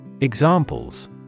Examples